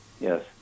Yes